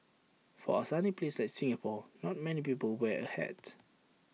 for A sunny place like Singapore not many people wear A hat